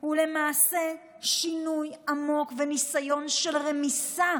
הוא למעשה שינוי עמוק וניסיון של רמיסה